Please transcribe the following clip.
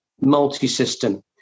multi-system